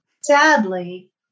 sadly